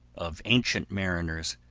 of ancient mariners,